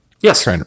Yes